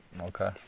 Okay